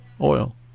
oil